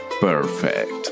Perfect